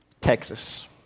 Texas